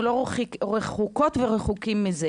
אנחנו לא רחוקות ורחוקים מזה,